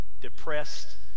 depressed